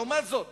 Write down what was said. לעומת זאת,